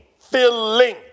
filling